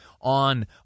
on